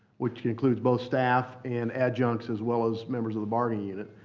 which includes both staff and adjuncts, as well as members of the bargaining unit.